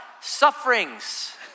Sufferings